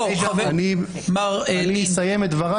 אני אסיים את דבריי,